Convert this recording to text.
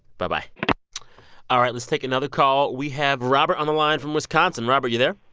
bye-bye all right. let's take another call. we have robert on the line from wisconsin. robert, you there?